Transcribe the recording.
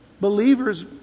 believers